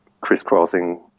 crisscrossing